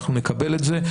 אנחנו נקבל את זה.